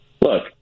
Look